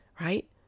Right